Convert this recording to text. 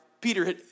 Peter